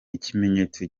ikimenyetso